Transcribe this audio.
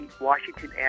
Washington